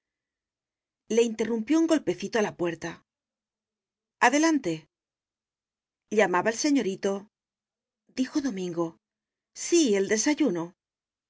le interrumpió un golpecito a la puerta adelante llamaba señorito dijo domingo sí el desayuno